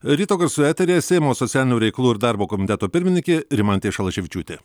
ryto garsų eteryje seimo socialinių reikalų ir darbo komiteto pirmininkė rimantė šalaševičiūtė